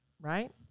right